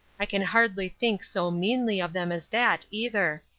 i can hardly think so meanly of them as that, either.